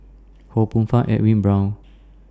Ho Poh Fun Edwin Brown